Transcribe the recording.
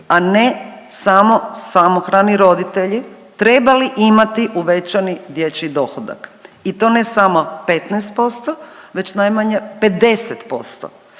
a ne samo samohrani roditelji trebali imati uvećani dječji dohodak i to ne samo 15% već najmanje 50%.